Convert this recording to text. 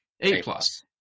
A-plus